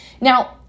Now